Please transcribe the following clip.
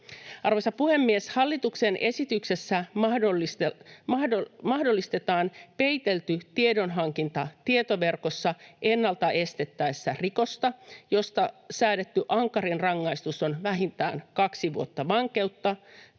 Arvoisa puhemies! Hallituksen esityksessä mahdollistetaan peitelty tiedonhankinta tietoverkossa ennaltaestettäessä rikosta, josta säädetty ankarin rangaistus on vähintään kaksi vuotta vankeutta,